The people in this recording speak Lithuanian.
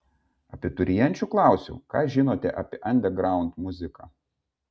abiturienčių klausiau ką žinote apie andergraund muziką